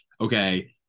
okay